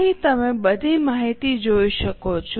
અહીં તમે બધી માહિતી જોઈ શકો છો